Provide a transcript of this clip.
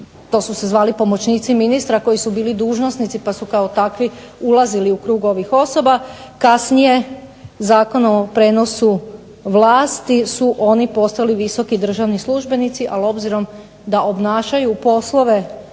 to su se zvali pomoćnici ministra koji su bili dužnosnici pa su kao takvi ulazili u krug ovih osoba, kasnije Zakon o prijenosu vlasti su oni postali visoki državni službenici, ali obzirom da obnašaju poslove